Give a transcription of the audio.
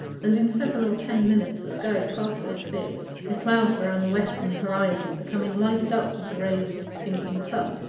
and in seven or ten minutes the sky partially cleared, the clouds around the western horizon becoming lighted up with the rays of the sinking sun.